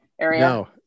area